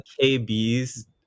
KB's